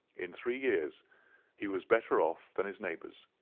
in three years he was better off than his neighbours,